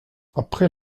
après